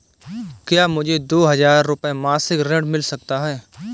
क्या मुझे दो हज़ार रुपये मासिक ऋण मिल सकता है?